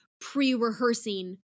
pre-rehearsing